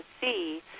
see